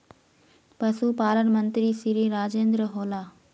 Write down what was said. पशुपालन मंत्री श्री राजेन्द्र होला?